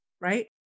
right